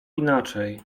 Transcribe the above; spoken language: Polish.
inaczej